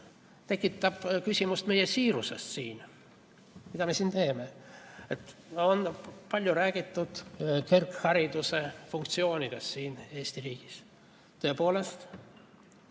tekitab küsimusi meie siiruse kohta siin. Mida me siin teeme? On palju räägitud kõrghariduse funktsioonidest siin Eesti riigis. Tõepoolest,